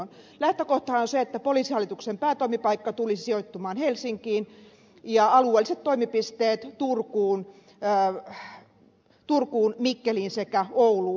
lähtökohtahan on se että poliisihallituksen päätoimipaikka tulisi sijoittumaan helsinkiin ja alueelliset toimipisteet turkuun mikkeliin sekä ouluun